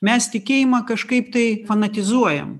mes tikėjimą kažkaip tai fanatizuojam